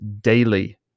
daily